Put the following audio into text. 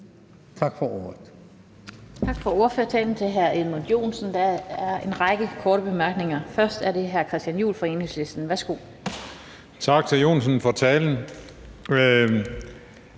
Tak for ordførertalen til hr. Edmund Joensen. Der er en række korte bemærkninger. Først er det hr. Christian Juhl fra Enhedslisten. Værsgo. Kl. 21:07 Christian